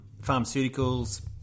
pharmaceuticals